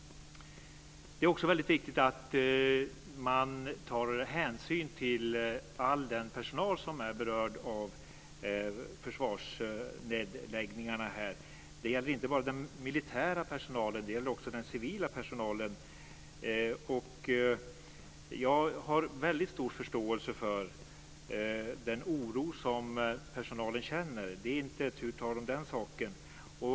Det är också väldigt viktigt att man tar hänsyn till all den personal som är berörd av försvarsnedläggningarna. Det gäller inte bara den militära personalen. Det gäller också den civila personalen. Jag har väldigt stor förståelse för den oro som personalen känner. Det är inte tu tal om den saken.